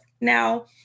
Now